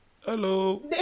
Hello